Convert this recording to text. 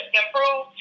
improve